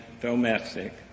domestic